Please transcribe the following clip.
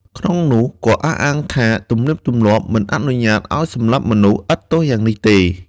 ក្នុងនោះក៏អះអាងថាទំនៀមទម្លាប់មិនអនុញ្ញាត្តិឱ្យសម្លាប់មនុស្សឥតទោសយ៉ាងនេះទេ។